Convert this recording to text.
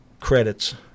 credits